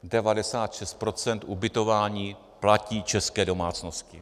96 % ubytování platí české domácnosti.